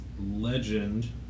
legend